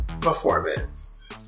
performance